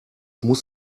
muss